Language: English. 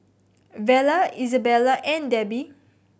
Vella Isabella and Debbi